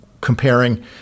comparing